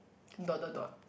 dot dot dot